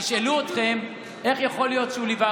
תשאלו איך יכול להיות שהוא ליווה,